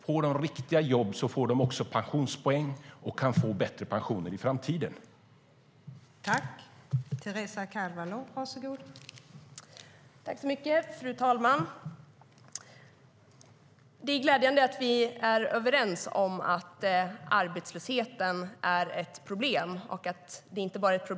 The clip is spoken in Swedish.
Får de riktiga jobb får de också pensionspoäng och kan få bättre pensioner i framtiden.